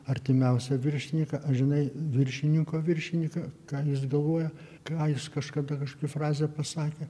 artimiausią viršininką ar žinai viršininko viršininką ką jis galvoja ką jis kažkada kažkokią frazę pasakė